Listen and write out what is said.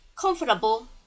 comfortable